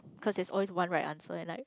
cause there's always one right answer and like